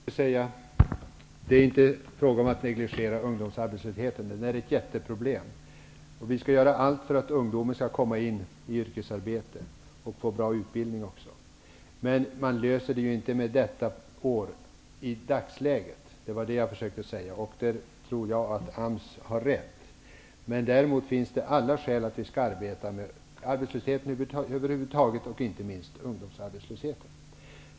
Herr talman! Det är inte fråga om att negligera ungdomsarbetslösheten. Den är ett jätteproblem. Vi skall göra allt för att ungdomen skall komma in i yrkesarbete och få en bra utbildning. Men man löser inte detta i dagsläget med det föreslagna året. Det var vad jag försökte säga. Där tror jag AMS har rätt. Däremot finns det alla skäl för oss att arbeta med arbetslösheten och inte minst ungdomsarbetslösheten.